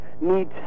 need